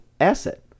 asset